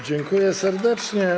Dziękuję serdecznie.